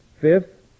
Fifth